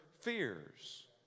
fears